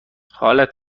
حالت